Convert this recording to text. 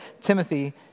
Timothy